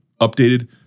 updated